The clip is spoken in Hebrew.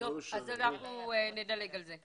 זה לא עולה, אז אנחנו נדלג על זה.